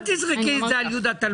אל תזרקי את זה על יהודה טלמון.